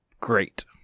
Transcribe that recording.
Great